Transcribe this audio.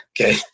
okay